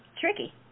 tricky